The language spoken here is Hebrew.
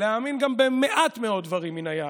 להאמין גם במעט מאוד דברים מן היהדות.